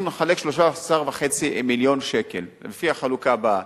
אנחנו נחלק 13.5 מיליון שקל לפי החלוקה הבאה: